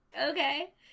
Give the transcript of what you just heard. okay